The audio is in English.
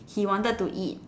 he wanted to eat